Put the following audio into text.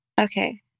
Okay